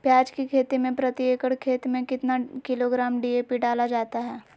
प्याज की खेती में प्रति एकड़ खेत में कितना किलोग्राम डी.ए.पी डाला जाता है?